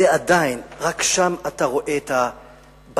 עדיין רק שם אתה רואה את בתי-התמחוי.